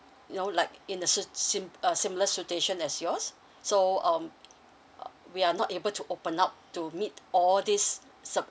you know like in the suit sim~ uh similar situation as yours so um uh we are not able to open up to meet all these serve